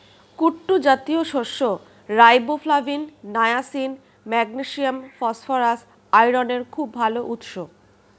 কুট্টু জাতীয় শস্য riboflavin, niacin, magnesium, phosphorus, আয়রনের খুব ভাল উৎস